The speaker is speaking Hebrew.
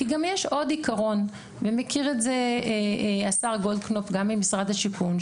כי גם יש עוד עיקרון ומכיר את זה השר גולדקנופ גם ממשרד השיכון,